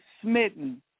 smitten